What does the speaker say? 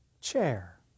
chair